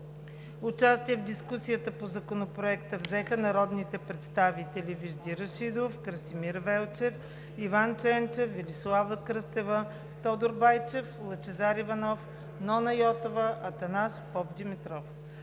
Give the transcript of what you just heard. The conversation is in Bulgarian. Участие в дискусията по Законопроекта взеха народните представители: Вежди Рашидов, Красимир Велчев, Иван Ченчев, Велислава Кръстева, Тодор Байчев, Лъчезар Иванов, Нона Йотова, Анастас Попдимитров.